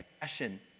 passion